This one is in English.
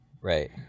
Right